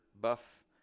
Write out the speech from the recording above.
buff